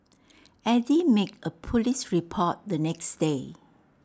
Eddy made A Police report the next day